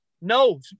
No